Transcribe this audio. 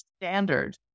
standard